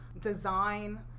design